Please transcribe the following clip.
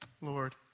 Lord